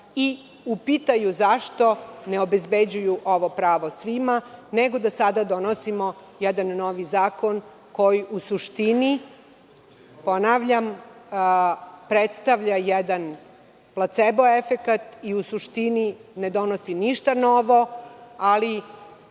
i upitaju zašto ne obezbeđuju ovo pravo svima, nego da sada donosimo jedan novi zakon koji u suštini, ponavljam, predstavlja jedan placebo efekat i u suštini ne donosi ništa novo, ali